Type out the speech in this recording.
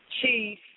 Chief